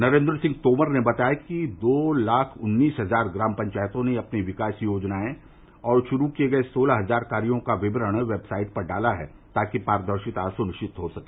नरेन्द्र सिंह तोमर ने बताया कि दो लाख उन्नीस हजार ग्राम पंचायतों ने अपनी विकास परियोजनाएं और शुरू किए गये सोलह हजार कार्यो का विवरण वेबसाइट पर डाला है ताकि पारदर्शिता सुनिश्चित हो सके